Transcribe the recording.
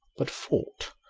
but fought.